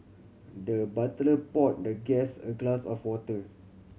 the butler poured the guest a glass of water